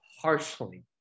Partially